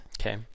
Okay